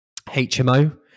HMO